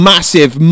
Massive